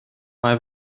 mae